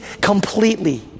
completely